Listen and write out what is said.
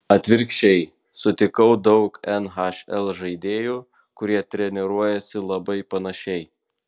atvirkščiai sutikau daug nhl žaidėjų kurie treniruojasi labai panašiai